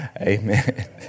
Amen